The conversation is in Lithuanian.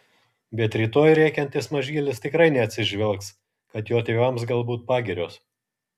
bet rytoj rėkiantis mažylis tikrai neatsižvelgs kad jo tėvams galbūt pagirios